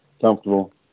comfortable